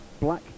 black